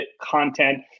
content